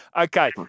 Okay